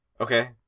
okay